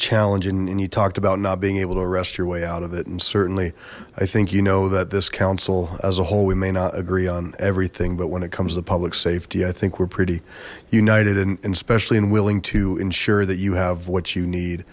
challenge and you talked about not being able to arrest your way out of it and certainly i think you know that this council as a whole we may not agree on everything but when it comes to public safety i think we're pretty united and especially in willing to ensure that you have what you need